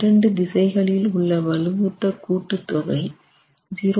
இரண்டு திசைகளில் உள்ள வலுவூட்ட கூட்டு தொகை 0